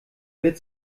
wird